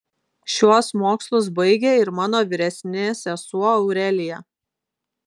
šiuos mokslus baigė ir mano vyresnė sesuo aurelija